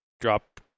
drop